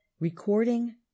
Recording